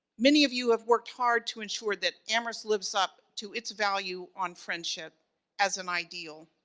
many of you have worked hard to ensure that amherst lives up to its value on friendship as an ideal.